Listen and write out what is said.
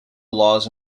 laws